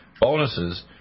bonuses